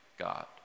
God